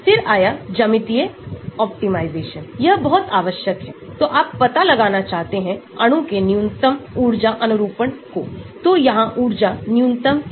फिर आया ज्यामितीयऑप्टिमाइजेशन यह बहुत आवश्यक है तो आप पता लगाना चाहते हैं अणु के न्यूनतम ऊर्जाअनुरूपण को तो यहां ऊर्जा न्यूनतमहै